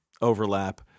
overlap